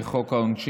תיקון חוק העונשין,